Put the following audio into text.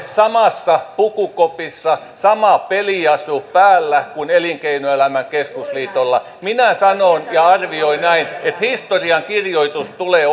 samassa pukukopissa sama peliasu päällä kuin elinkeinoelämän keskusliitolla minä sanon ja arvioin näin että historiankirjoitus tulee